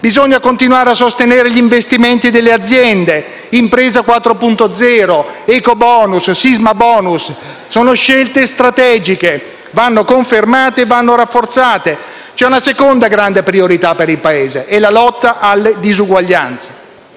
Bisogna continuare a sostenere gli investimenti delle aziende: impresa 4.0, *ecobonus* e sisma-*bonus* sono scelte strategiche che vanno confermate e rafforzate. C'è una seconda grande priorità per il Paese ed è la lotta alle disuguaglianze.